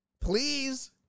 please